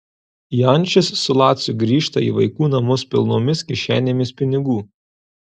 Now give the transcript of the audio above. jančis su laciu grįžta į vaikų namus pilnomis kišenėmis pinigų